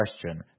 question